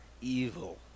evil